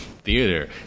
theater